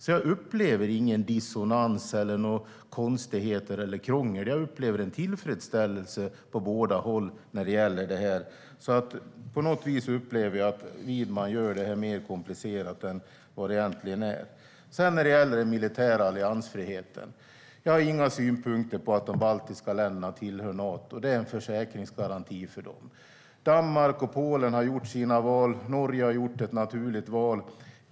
Jag upplever ingen dissonans eller några konstigheter eller något krångel. Jag upplever en tillfredsställelse på båda håll när det gäller detta. På något vis upplever jag att Widman gör det mer komplicerat än det egentligen är. När det sedan gäller den militära alliansfriheten har jag inga synpunkter på att de baltiska länderna tillhör Nato. Det är en försäkringsgaranti för dem. Danmark och Polen har gjort sina val. Norge har gjort ett naturligt val.